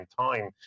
time